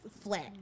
flat